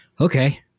Okay